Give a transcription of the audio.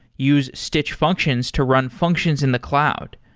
use stitch functions to run functions in the cloud.